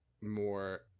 more